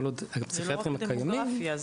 כל עוד הפסיכיאטרים הקיימים --- זה לא רק הדמוגרפיה,